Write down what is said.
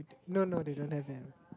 no no they don't have any